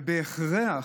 בהכרח,